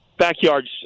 backyard's